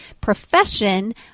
profession